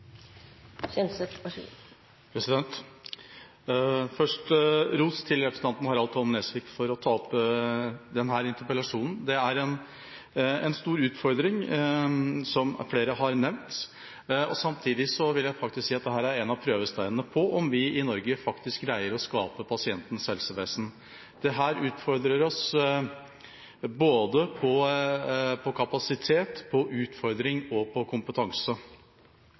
en stor utfordring, som flere har nevnt. Samtidig vil jeg si at dette er en av prøvesteinene på om vi i Norge faktisk greier å skape «pasientens helsevesen». Dette utfordrer oss både på kapasitet og på kompetanse. Diabetes er to diagnoser, men, som flere har vært inne på,